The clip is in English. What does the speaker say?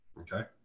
Okay